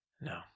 No